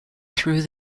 through